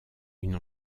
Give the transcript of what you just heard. une